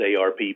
ARP